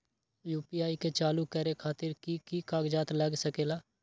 UPI के चालु करे खातीर कि की कागज़ात लग सकेला?